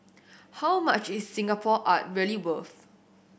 how much is Singapore art really worth